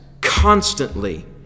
constantly